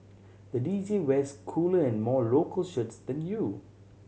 the D J wears cooler and more local shirts than you